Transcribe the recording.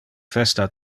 festa